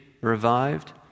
revived